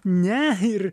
ne ir